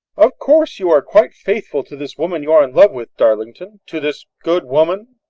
of course you are quite faithful to this woman you are in love with, darlington, to this good woman?